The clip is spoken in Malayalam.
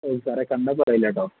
ആ സാറെ കണ്ടാൽ പറയില്ല കേട്ടോ